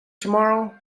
tomorrow